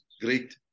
great